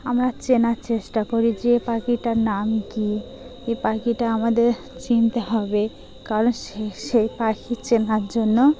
আমরা চেনার চেষ্টা করি যে পাখিটার নাম কী এ পাখিটা আমাদের চিনতে হবে কারণ সে সেই পাখি চেনার জন্য